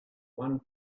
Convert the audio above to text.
one